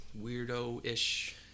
weirdo-ish